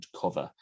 cover